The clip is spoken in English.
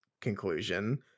conclusion